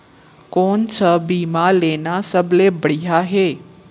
कोन स बीमा लेना सबले बढ़िया हे?